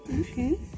okay